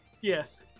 Yes